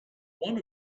one